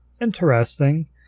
interesting